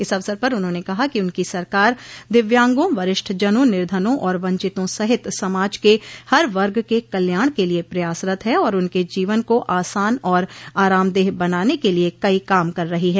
इस अवसर पर उन्होंने कहा कि उनकी सरकार दिव्यांगों वरिष्ठजनों निर्धनों और वंचितों सहित समाज के हर वर्ग के कल्याण के लिए प्रयासरत हैं और उनके जीवन को आसान और आरामदेह बनाने के लिये कई काम कर रही है